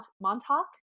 montauk